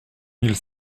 mille